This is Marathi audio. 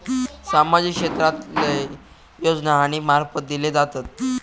सामाजिक क्षेत्रांतले योजना कोणा मार्फत दिले जातत?